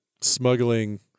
smuggling